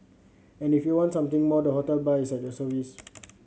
and if you want something more the hotel bar is at your service